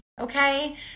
okay